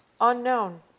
Unknown